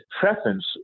preference